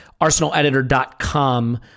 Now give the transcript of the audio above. arsenaleditor.com